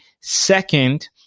second